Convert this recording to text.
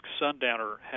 Sundowner